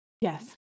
Yes